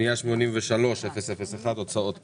פנייה 83001 הוצאות פיתוח.